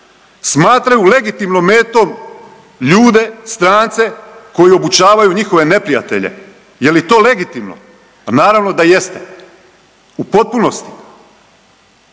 Smatraju legitimnom metom ljude strance koji obučavaju njihove neprijatelje, je li to legitimno, naravno da jeste, u potpunosti.